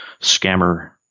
scammer